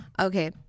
Okay